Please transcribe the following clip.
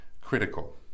critical